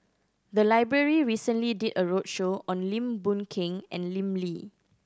the library recently did a roadshow on Lim Boon Keng and Lim Lee